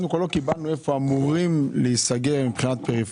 קודם כול לא קיבלנו פירוט איפה אמורים להיסגר סניפים מבחינת פריפריה,